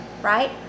right